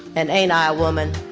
and ain't i a woman?